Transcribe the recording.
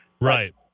Right